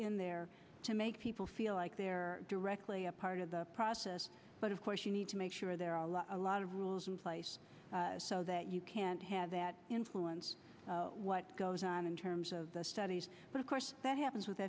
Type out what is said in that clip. in there to make people feel like they're directly a part of the process but of course you need to make sure there are a lot a lot of rules in place so that you can't have that influence what goes on in terms of the studies but of course that happens with